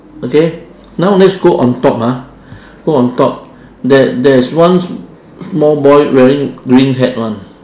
okay now let's go on top ah go on top there there is one small boy wearing green hat [one]